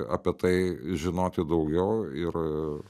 apie tai žinoti daugiau ir